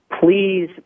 Please